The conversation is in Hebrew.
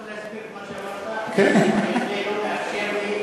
אתה יכול להסביר את מה שאמרת: המתווה לא מאפשר לי,